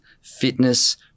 fitness